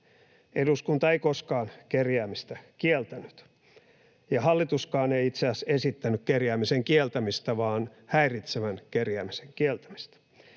Eduskunta ei koskaan kerjäämistä kieltänyt, ja hallituskaan ei itse asiassa esittänyt kerjäämisen kieltämistä vaan häiritsevän kerjäämisen kieltämistä.